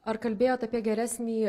ar kalbėjot apie geresnį